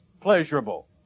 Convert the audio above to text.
pleasurable